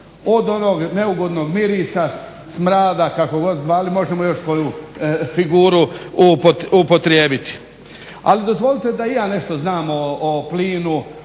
od onog neugodnog mirisa, smrada kako god zvali možemo još koju figuru upotrijebiti. Ali dozvolite da i ja nešto znam o plinu,